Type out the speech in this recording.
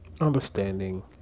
understanding